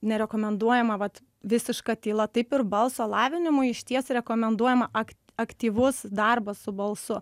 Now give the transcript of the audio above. nerekomenduojama vat visiška tyla taip ir balso lavinimui išties rekomenduojama ak aktyvus darbas su balsu